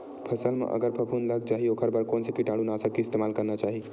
फसल म अगर फफूंद लग जा ही ओखर बर कोन से कीटानु नाशक के इस्तेमाल करना चाहि?